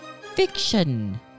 fiction